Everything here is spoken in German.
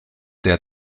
der